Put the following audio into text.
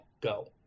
go